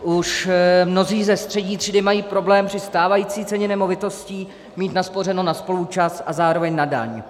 Už mnozí ze střední třídy mají problém při stávající ceně nemovitosti mít naspořeno na spoluúčast a zároveň na daň.